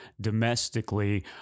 domestically